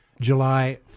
July